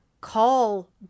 call